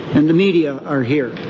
and the media are here.